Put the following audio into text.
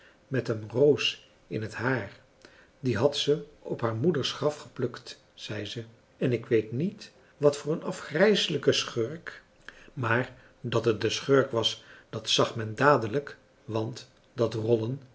met een roos in het haar die had ze op haar moeders graf geplukt zei ze en ik weet niet wat voor een afgrijselijke schurk maar dat het een schurk was dat zag men dadelijk want dat